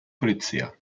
polizia